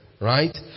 Right